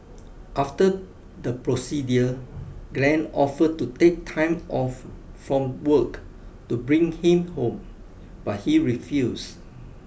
after the procedure Glen offered to take time off from work to bring him home but he refused